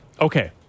okay